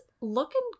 looking